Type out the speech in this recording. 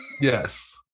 Yes